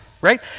right